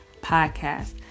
podcast